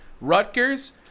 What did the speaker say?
rutgers